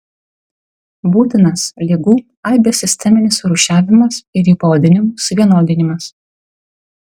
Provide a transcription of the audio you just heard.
būtinas ligų aibės sisteminis surūšiavimas ir jų pavadinimų suvienodinimas